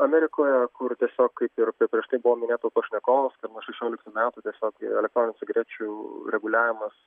amerikoje kur tiesiog kaip ir prieš tai buvo minėta jau pašnekovo kad nuo šešioliktų metų tiesiog jie elektroninių cigarečių reguliavimas